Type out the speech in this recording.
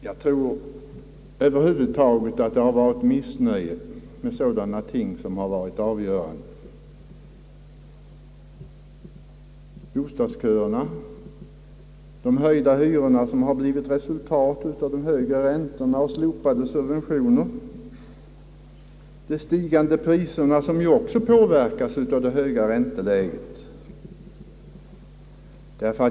Jag tror att missnöje med sådana ting har varit avgörande: bostadsköerna, de höjda hyror som blivit resultatet av höga räntor och slopade subventioner, prisstegringarna, som också påverkas av det högre ränteläget.